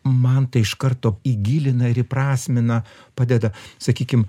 man tai iš karto įgilina ir įprasmina padeda sakykim